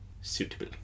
suitable